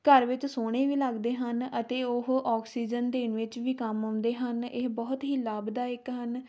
ਘਰ ਵਿੱਚ ਸੋਹਣੇ ਵੀ ਲੱਗਦੇ ਹਨ ਅਤੇ ਉਹ ਅੋਕਸੀਜਨ ਦੇਣ ਵਿੱਚ ਵੀ ਕੰਮ ਆਉਂਦੇ ਹਨ ਇਹ ਬਹੁਤ ਹੀ ਲਾਭਦਾਇਕ ਹਨ